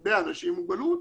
הרבה אנשים עם מוגבלות,